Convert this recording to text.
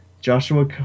Joshua